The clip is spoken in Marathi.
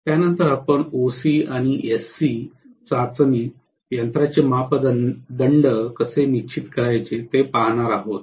त्यानंतर आपण ओसी आणि एससी चाचणी यंत्राचे मापदंड कसे निश्चित करायचे ते पाहणार आहोत